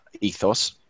ethos